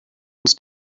uns